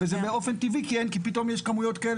וזה באופן טבעי כי פתאום יש כמויות כאלה